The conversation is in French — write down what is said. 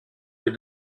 est